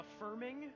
affirming